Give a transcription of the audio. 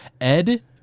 Ed